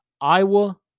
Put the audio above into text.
Iowa